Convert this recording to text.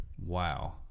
Wow